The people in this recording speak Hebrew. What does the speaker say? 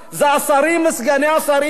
זה השרים וסגני השרים,